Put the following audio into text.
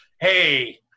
hey